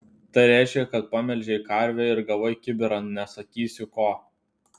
tai reiškia kad pamelžei karvę ir gavai kibirą nesakysiu ko